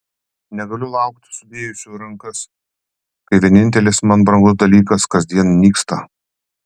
negaliu laukti sudėjusi rankas kai vienintelis man brangus dalykas kasdien nyksta